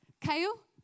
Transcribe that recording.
Kale